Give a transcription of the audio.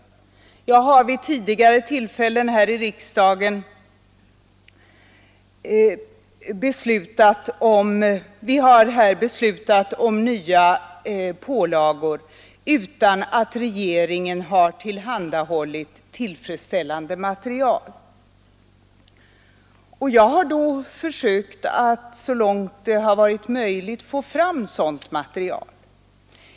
Vi har vid tidigare tillfällen här i riksdagen beslutat om nya pålagor utan att regeringen har tillhandahållit tillfredsställande material. Jag har då försökt att så långt det har varit möjligt få fram sådant material.